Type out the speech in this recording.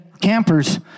campers